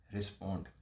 Respond